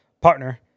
partner